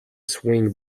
swing